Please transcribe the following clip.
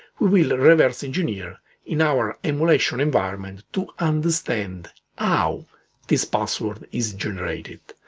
we will reverse engineer in our emulation environment to understand how this password is generated.